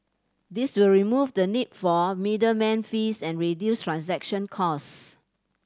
this will remove the need for middleman fees and reduce transaction cost